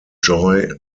joy